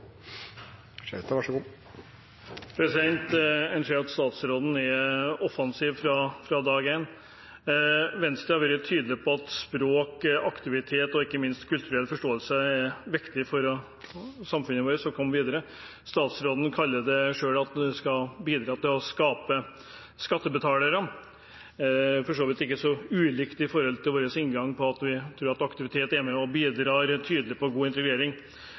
å gjøre. Så kan disse 100 000 kr som ble lagt inn i årets budsjett, bidra til å gjøre den jobben lettere, men det vil vi se i månedene som kommer. En ser at statsråden er offensiv fra dag 1. Venstre har vært tydelig på at språk, aktivitet og ikke minst kulturell forståelse er viktig for samfunnet vårt og for å komme videre. Statsråden kaller det selv at en skal bidra til å skape skattebetalere. Det er for så vidt ikke så ulikt